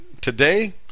today